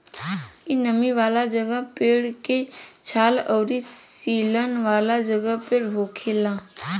इ नमी वाला जगह, पेड़ के छाल अउरी सीलन वाला जगह पर होखेला